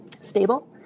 stable